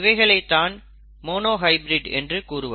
இவைகளைத்தான் monohybrid என்று கூறுவர்